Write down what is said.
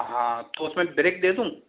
हाँ तो उसमें ब्रिक दे दूँ